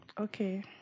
Okay